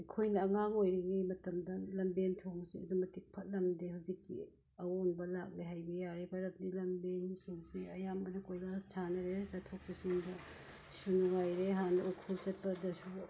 ꯑꯩꯈꯣꯏꯅ ꯑꯉꯥꯡ ꯑꯣꯏꯔꯤꯉꯩ ꯃꯇꯝꯗ ꯂꯝꯕꯦꯜ ꯊꯣꯡꯁꯦ ꯑꯗꯨꯛ ꯃꯇꯤꯛ ꯐꯠꯂꯝꯗꯦ ꯍꯧꯖꯤꯛꯇꯤ ꯑꯑꯣꯟꯕ ꯂꯥꯛꯂꯦ ꯍꯥꯏꯕ ꯌꯥꯔꯦ ꯃꯔꯝꯗꯤ ꯂꯝꯕꯤꯁꯤꯡꯁꯤ ꯑꯌꯥꯝꯕꯅ ꯀꯣꯏꯂꯥꯁ ꯊꯥꯅꯔꯦ ꯆꯠꯊꯣꯛ ꯆꯠꯁꯤꯟꯗꯁꯨ ꯅꯨꯡꯉꯥꯏꯔꯦ ꯍꯥꯟꯅ ꯎꯈ꯭ꯔꯨꯜ ꯆꯠꯄꯗꯁꯨ